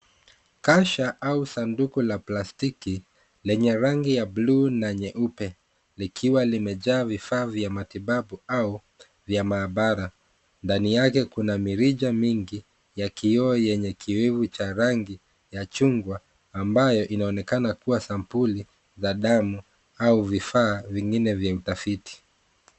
Kasha au sanduku la plastiki lenye rangi ya bluu na nyeupe likiwa limejaa vifaa vya matibabu au vya maabara. Ndani yake kuna mirija mingi ya kioo yenye kioevu cha rangi ya chungwa ambayo inaonekana kuwa sampuli za damu au vifaa vingine vya utafiti.